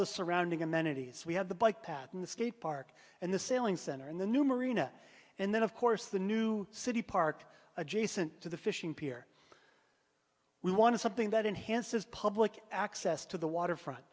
the surrounding amenities we have the bike path and the skate park and the sailing center and the new marina and then of course the new city park adjacent to the fishing pier we want to something that enhances public access to the waterfront